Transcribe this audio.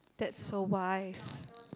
that's so wise